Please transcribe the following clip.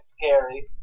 Gary